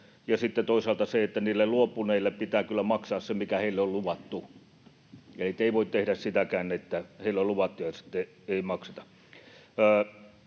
toisaalta niille luopuneille pitää kyllä maksaa se, mikä heille on luvattu, eli ei voi tehdä sitäkään, että heille on luvattu ja sitten ei makseta.